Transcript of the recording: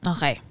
Okay